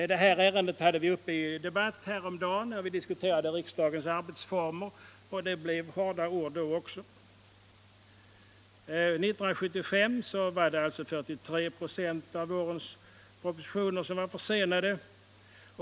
Även detta ärende hade vi uppe till debatt häromdagen, när vi diskuterade riksdagens arbetsformer, och det utväxlades hårda ord då också. År 1975 var 43 96 av det årets propositioner försenade.